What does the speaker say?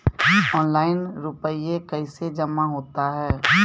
Online रुपये कैसे जमा होता हैं?